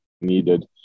needed